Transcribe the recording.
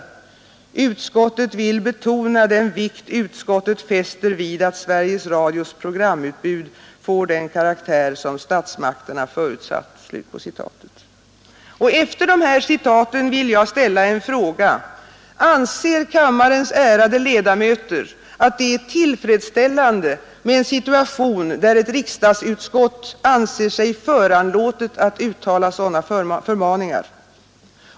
Utskottet vill betona den vikt utskottet fäster vid att Sveriges Radios programutbud får den karaktär som statsmakterna förutsatt.” Efter dessa citat vill jag ställa en fråga: Anser kammarens ärade ledamöter att det är tillfredsställande med en situation, där ett riksdagsutskott finner sig föranlåtet att uttala sådana förmaningar?